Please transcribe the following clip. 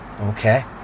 okay